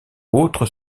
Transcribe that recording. autre